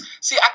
see